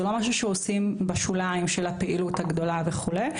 זה לא משהו שעושים בשוליים של הפעילות הגדולה וכו'.